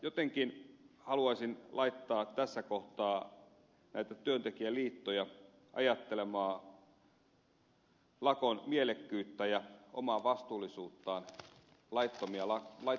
jotenkin haluaisin laittaa tässä kohtaa näitä työntekijäliittoja ajattelemaan lakon mielekkyyttä ja omaa vastuullisuuttaan laittomiin lakkoihin ryhdyttäessä